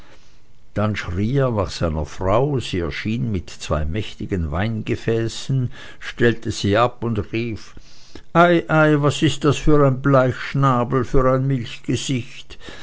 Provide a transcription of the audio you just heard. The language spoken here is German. dann schrie er nach seiner frau sie erschien mit zwei mächtigen weingefäßen stellte sie ab und rief ei ei was ist das für ein bleichschnabel für ein milchgesicht